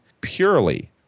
purely